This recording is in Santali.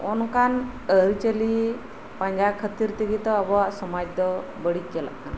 ᱱᱚᱜᱚ ᱱᱚᱠᱟᱱ ᱟᱹᱨᱤᱪᱟᱹᱞᱤ ᱯᱟᱸᱡᱟ ᱠᱷᱟᱹᱛᱤᱨ ᱛᱮᱜᱮ ᱛᱳ ᱟᱵᱚᱭᱟᱜ ᱥᱚᱢᱟᱡ ᱫᱚ ᱵᱟᱹᱲᱤᱡ ᱪᱟᱞᱟᱜ ᱠᱟᱱᱟ